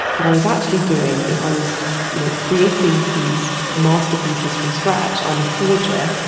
what i was actually doing is i was you know creating these masterpieces from scratch. i'm a forger.